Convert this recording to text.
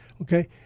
Okay